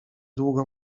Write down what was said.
długo